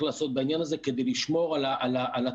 לעשות בעניין הזה כדי לשמור על התחלואה,